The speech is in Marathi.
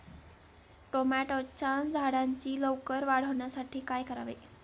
टोमॅटोच्या झाडांची लवकर वाढ होण्यासाठी काय करावे?